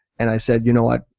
and i said, you know what?